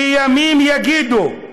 וימים יגידו.